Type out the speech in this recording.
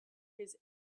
his